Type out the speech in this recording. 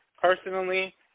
personally